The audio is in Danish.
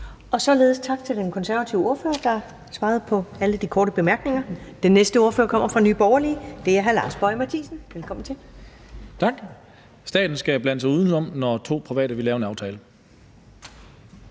Således tak til den konservative ordfører. Der er blevet svaret på alle de korte bemærkninger. Den næste ordfører kommer fra Nye Borgerlige, og det er hr. Lars Boje Mathiesen. Velkommen til. Kl. 19:20 (Ordfører) Lars Boje Mathiesen (NB): Tak. Staten skal blande sig udenom, når to private vil lave en aftale.